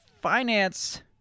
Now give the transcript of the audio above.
finance